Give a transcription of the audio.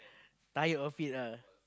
tired of it ah